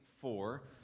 four